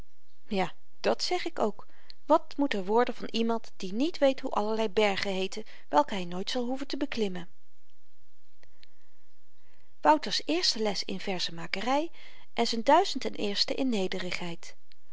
ja dat zeg ik ook wat moet er worden van iemand die niet weet hoe allerlei bergen heeten welke hy nooit zal hoeven te beklimmen wouter's eerste les in verzemakery en z'n in nederigheid